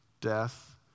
death